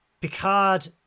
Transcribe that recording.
Picard